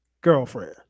Girlfriend